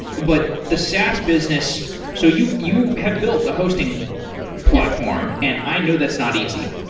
but the saas business so you you have built the hosting platform, and i know that's not easy,